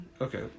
Okay